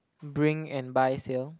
bring and buy sell